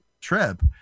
trip